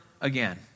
again